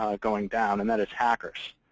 going down. and that is hackers.